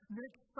next